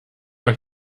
euch